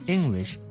English